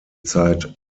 zeit